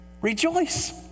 Rejoice